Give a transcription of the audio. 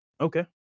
Okay